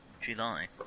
July